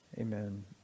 Amen